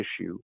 issue